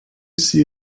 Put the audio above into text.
see